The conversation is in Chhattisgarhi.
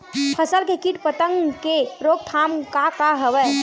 फसल के कीट पतंग के रोकथाम का का हवय?